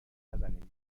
نزنین